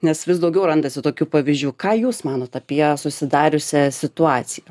nes vis daugiau randasi tokių pavyzdžių ką jūs manot apie susidariusią situaciją